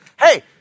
Hey